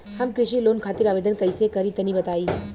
हम कृषि लोन खातिर आवेदन कइसे करि तनि बताई?